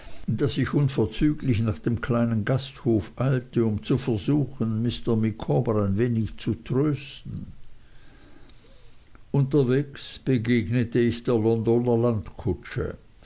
daß ich unverzüglich nach dem kleinen gasthof eilte um zu versuchen mr micawber ein wenig zu trösten unterwegs begegnete ich der